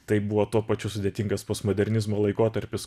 tai buvo tuo pačiu sudėtingas postmodernizmo laikotarpis